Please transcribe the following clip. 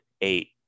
eight